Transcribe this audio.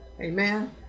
Amen